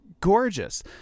gorgeous